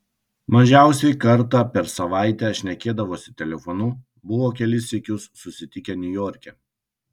mažiausiai kartą per savaitę šnekėdavosi telefonu buvo kelis sykius susitikę niujorke